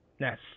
Yes